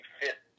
fit